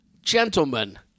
Gentlemen